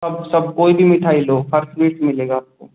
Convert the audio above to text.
सब सब कोई भी मिठाई लो फस्ट रेट मिलेगी आपको